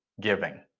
giving